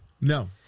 No